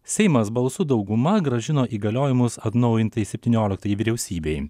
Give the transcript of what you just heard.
seimas balsų dauguma grąžino įgaliojimus atnaujintai septynioliktajai vyriausybei